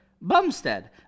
Bumstead